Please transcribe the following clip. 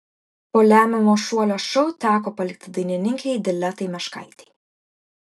po lemiamo šuolio šou teko palikti dainininkei diletai meškaitei